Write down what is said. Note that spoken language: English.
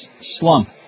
slump